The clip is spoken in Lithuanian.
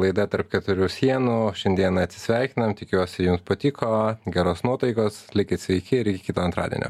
laida tarp keturių sienų o šiandien atsisveikinam tikiuosi jums patiko geros nuotaikos likit sveiki ir iki kito antradienio